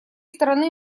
стороны